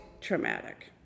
traumatic